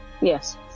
Yes